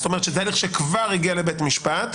זאת אומרת, זה הליך שכבר הגיע לבית המשפט,